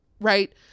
right